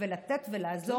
ולתת ולעזור,